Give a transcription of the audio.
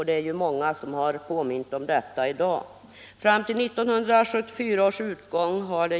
Det är många som har påmint om detta i dag.